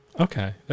Okay